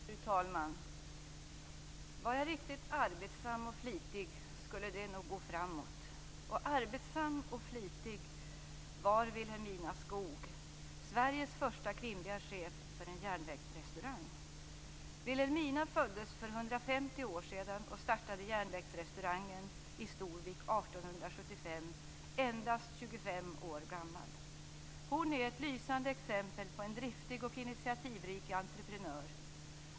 Fru talman! "Var jag riktigt arbetsam och flitig skulle det nog gå framåt". Och arbetsam och flitig var 1875, endast 25 år gammal. Hon är ett lysande exempel på en driftig och initiativrik entreprenör.